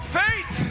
faith